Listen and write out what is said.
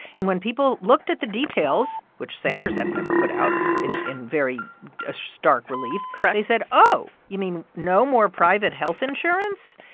and when people looked at the details, which sanders had never put out in in very stark relief. correct. they said, oh, you mean no more private health insurance?